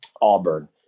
Auburn